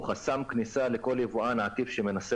הוא חסם כניסה לכל יבואן עקיף שמנסה